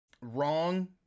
wrong